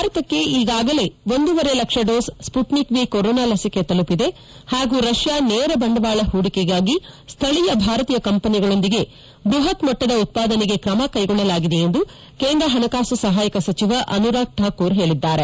ಭಾರತಕ್ಕೆ ಈಗಾಗಲೇ ಒಂದೂವರೆ lakh dose Sputnik V corona ಲಸಿಕೆ ತಲುಪಿದೆ ಹಾಗೂ ರಷ್ಯಾ ನೇರ ಬಂಡವಾಳ ಹೂಡಿಕೆಗಾಗಿ ಸ್ಥಳೀಯ ಭಾರತೀಯ ಕಂಪನಿಗಳೊಂದಿಗೆ ಬ್ಬಹತ್ ಮಟ್ಟದ ಉತ್ಪಾದನೆಗೆ ಕ್ರಮ ಕ್ಲೆಗೊಳ್ಳಲಾಗಿದೆ ಎಂದು ಕೇಂದ್ರ ಹಣಕಾಸು ಸಹಾಯಕ ಸಚಿವ ಅನುರಾಗ್ ಠಾಕೂರ್ ಹೇಳಿದ್ದಾರೆ